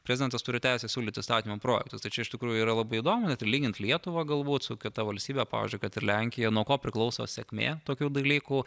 prezidentas turi teisę siūlyt įstatymų projektus tai čia iš tikrųjų yra labai įdomu net ir lygint lietuvą galbūt su kita valstybe pavyzdžiui kad ir lenkija nuo ko priklauso sėkmė tokių dalykų